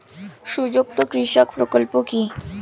সংযুক্ত কৃষক প্রকল্প কি?